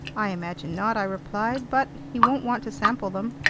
i imagine not, i replied, but he won't want to sample them.